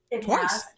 twice